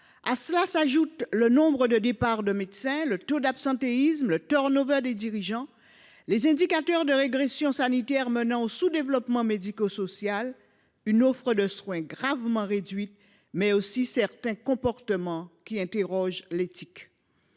S’y ajoute le nombre de départ de médecins, le taux d’absentéisme, le turnover des dirigeants, les indicateurs de régression sanitaires menant au sous développement médico social et une offre de soins gravement réduite, mais aussi certains comportements qui interrogent l’éthique.